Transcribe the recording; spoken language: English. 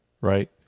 right